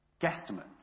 guesstimates